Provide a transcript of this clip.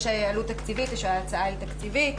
עלות תקציבית ושההצעה היא תקציבית.